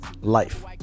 life